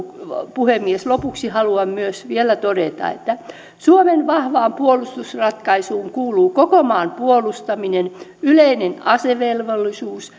puhemies lopuksi haluan myös vielä todeta että suomen vahvaan puolustusratkaisuun kuuluu koko maan puolustaminen yleinen asevelvollisuus